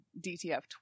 DTF